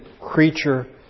creature